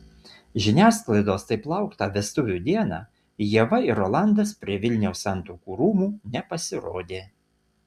žiniasklaidos taip lauktą vestuvių dieną ieva ir rolandas prie vilniaus santuokų rūmų nepasirodė